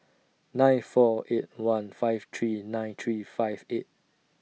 nine four eight one five three nine three five eight